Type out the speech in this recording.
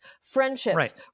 friendships